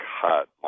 cut